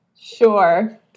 Sure